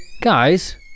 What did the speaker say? Guys